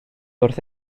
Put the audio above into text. wrth